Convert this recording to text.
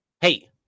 Hey